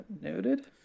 Noted